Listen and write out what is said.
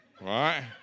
Right